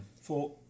Four